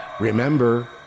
Remember